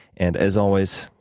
and as always,